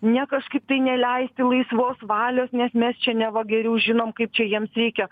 ne kažkaip tai neleisti laisvos valios nes mes čia neva geriau žinom kaip čia jiems reikia